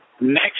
Next